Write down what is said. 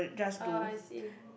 oh I see